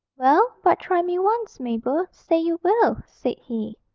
well, but try me once, mabel say you will said he.